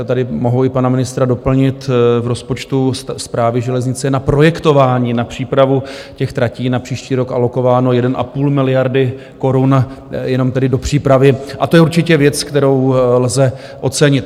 Tady, mohuli pana ministra doplnit, v rozpočtu Správy železnic je na projektování, na přípravu těch tratí na příští rok alokováno 1,5 miliardy, jenom tedy do přípravy, a to je určitě věc, kterou lze ocenit.